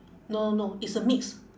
no no it's a mix